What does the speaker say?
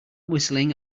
whistling